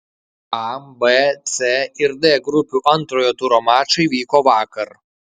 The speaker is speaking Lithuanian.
a b c ir d grupių antrojo turo mačai vyko vakar